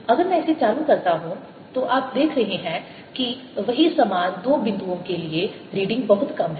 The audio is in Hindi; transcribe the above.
अगर मैं इसे चालू करता हूं तो आप देख रहे हैं कि वही समान दो बिंदुओं के लिए रीडिंग बहुत कम है